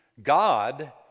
God